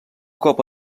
cop